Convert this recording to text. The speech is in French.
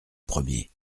premier